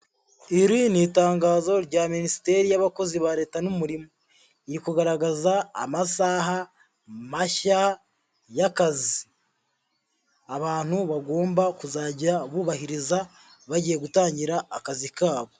Iri ni itangazo rya Minisiteri y'Abakozi ba Leta n'Umurimo, iri kugaragaza amasaha mashya y'akazi, abantu bagomba kuzajya bubahiriza bagiye gutangira akazi kabo.